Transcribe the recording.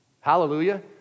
Hallelujah